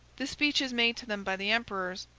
the speeches made to them by the emperors,